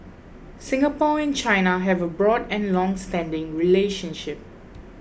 Singapore and China have a broad and longstanding relationship